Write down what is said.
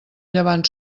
llevant